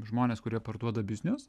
žmonės kurie parduoda biznius